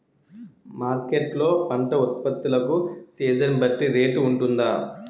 Market లొ పంట ఉత్పత్తి లకు సీజన్ బట్టి రేట్ వుంటుందా?